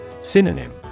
Synonym